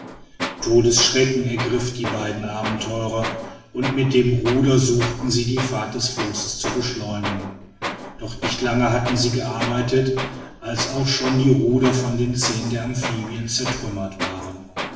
todesschrecken ergriff die beiden abenteurer und mit den rudern suchten sie die fahrt des flosses zu beschleunigen doch nicht lange hatten sie gearbeitet als auch schon die ruder von den zähnen der amphibien zertrümmert waren